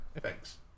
Thanks